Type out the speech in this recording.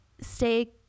stay